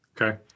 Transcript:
Okay